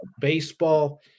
baseball